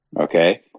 Okay